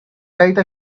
write